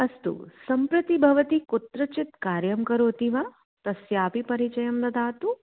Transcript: अस्तु सम्प्रति भवती कुत्रचित् कार्यं करोति वा तस्या अपि परिचयं ददातु